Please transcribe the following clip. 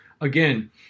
again